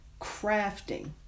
crafting